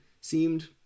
seemed